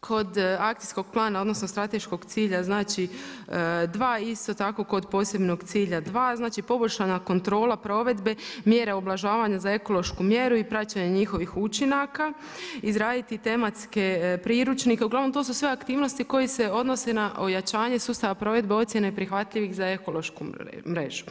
kod akcijskog plana, odnosno, strateškog cilja, znači 2 isto tako kod posebnog cilja 2. znači poboljšanja kontrola provedbe mjere ublažavanja za ekološku mjeru i praćenja njihovih učinaka, izraditi tematske priručnike, ugl. to su sve aktivnosti koje se odnose na ojačavanje sustava provedbe ocjena i prihvatljivih za ekološku mrežu.